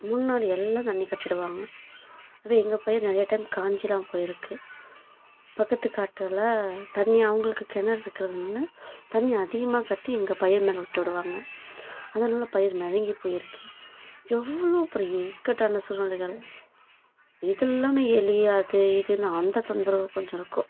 முன்னாடி எல்லாம் தண்ணி கட்டிவிடுவாங்க அதுவும் எங்கள் பயிர் நிறைய டைம் காஞ்செலாம் போயிருக்குது பக்கத்து காட்டில் தண்ணி அவங்களுக்கு கிணறு இருக்கிறதுனால தண்ணி அதிகமாக கட்டி எங்கள் பயிர் மேலே விட்டுட்டுவாங்க அதுனாலே பயிர் மிதங்கி போயிருக்குது எவ்வளோ பெரிய இக்கட்டான சூழ்நிலைகள் இது எல்லாமே எலி அது இதுன்னு அந்த தொந்தரவு கொஞ்சம் இருக்கும்